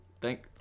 thank